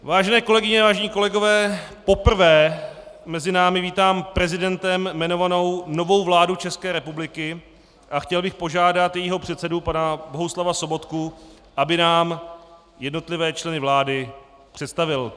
Vážené kolegyně, vážení kolegové, poprvé mezi námi vítám prezidentem jmenovanou novou vládu České republiky a chtěl bych požádat jejího předsedu pana Bohuslava Sobotku, aby nám jednotlivé členy vlády představil.